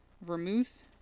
vermouth